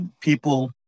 people